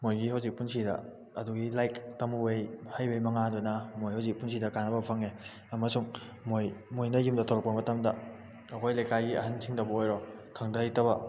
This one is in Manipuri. ꯃꯣꯏꯒꯤ ꯍꯧꯖꯤꯛ ꯄꯨꯟꯁꯤꯗ ꯑꯗꯨꯒꯤ ꯂꯥꯏꯔꯤꯛ ꯇꯝꯃꯨꯕ ꯩ ꯍꯩꯕꯩ ꯃꯉꯥꯜꯗꯨꯅ ꯃꯣꯏ ꯍꯧꯖꯤꯛ ꯄꯨꯟꯁꯤꯗ ꯀꯥꯟꯅꯕ ꯐꯪꯉꯦ ꯑꯃꯁꯨꯡ ꯃꯣꯏ ꯃꯣꯏꯅ ꯌꯨꯝꯗ ꯊꯣꯛꯂꯛꯄ ꯃꯇꯝꯗ ꯑꯩꯈꯣꯏ ꯂꯩꯀꯥꯏꯒꯤ ꯑꯍꯟꯁꯤꯡꯗꯕꯨ ꯑꯣꯏꯔꯣ ꯈꯪꯗ ꯍꯩꯇꯕ